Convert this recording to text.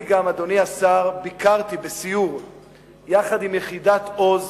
אדוני השר, גם ביקרתי בסיור עם יחידת "עוז"